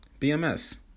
BMS